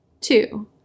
Two